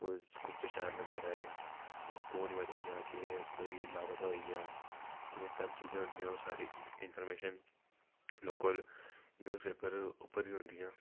कुसदे शैल नंबर आए कौन मरी गेआ कु'न केह् कोई लापता होई गेआ एह् सब चीजा होंदियां ओह् सारी इन्फरमेशन लोकल न्यूजपेपर उप्पर गै औंदियां